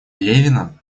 левина